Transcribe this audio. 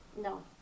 No